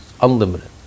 unlimited